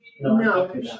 No